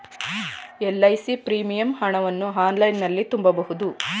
LIC premium ಹಣವನ್ನು ಆನ್ಲೈನಲ್ಲಿ ತುಂಬಬಹುದು